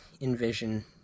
envision